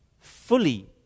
fully